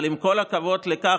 אבל עם כל הכבוד לכך,